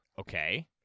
Okay